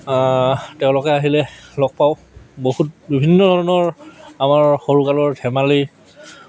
তেওঁলোকে আহিলে লগ পাওঁ বহুত বিভিন্ন ধৰণৰ আমাৰ সৰুকালৰ ধেমালি